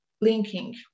blinking